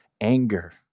anger